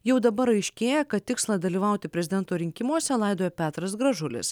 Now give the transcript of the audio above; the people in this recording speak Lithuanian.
jau dabar aiškėja kad tikslą dalyvauti prezidento rinkimuose laidoja petras gražulis